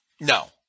no